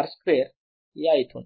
r square या इथून